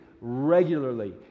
regularly